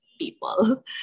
people